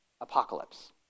apocalypse